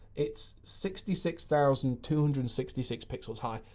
it's sixty six thousand two hundred and sixty six pixels high.